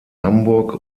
hamburg